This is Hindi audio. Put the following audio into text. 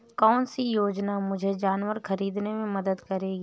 कौन सी योजना मुझे जानवर ख़रीदने में मदद करेगी?